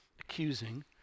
accusing